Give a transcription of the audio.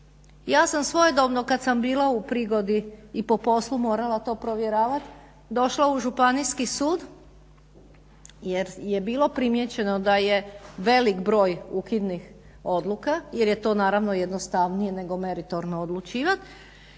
Ja sam svojedobno kad sam bila u prigodi i po poslu morala to provjeravat, došla u Županijski sud jer je bilo primijećeno da je velik broj ukidnih odluka jer je to naravno jednostavnije nego meritorno odlučivat